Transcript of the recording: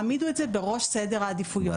העמידו את זה בראש סדר העדיפויות שלכם.